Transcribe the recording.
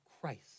Christ